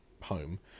home